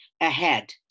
ahead